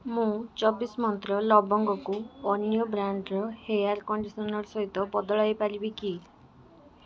ମୁଁ ଚବିଶି ମନ୍ତ୍ର ଲବଙ୍ଗକୁ ଅନ୍ୟ ଏକ ବ୍ରାଣ୍ଡ୍ର ହେୟାର୍ କଣ୍ଡିସନର୍ ସହିତ ବଦଳାଇ ପାରିବି କି